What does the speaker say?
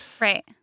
right